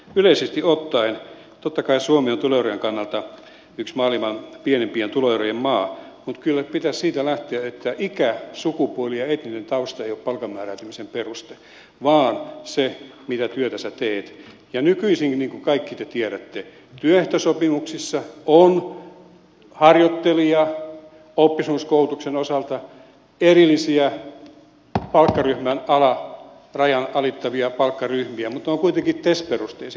yleisesti ottaen totta kai suomi on tuloerojen kannalta yksi maailman pienimpien tuloerojen maista mutta kyllä pitäisi siitä lähteä että ikä sukupuoli ja etninen tausta eivät ole palkan määräytymisen peruste vaan se mitä työtä sinä teet ja nykyisin niin kuin kaikki te tiedätte työehtosopimuksissa on harjoittelijoiden ja oppisopimuskoulutuksen osalta erillisiä palkkaryhmän alarajan alittavia palkkaryhmiä mutta ne ovat kuitenkin tes perusteisia